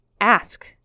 ask